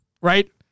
right